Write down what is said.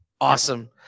Awesome